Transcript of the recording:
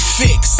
fix